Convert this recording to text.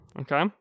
okay